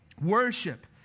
Worship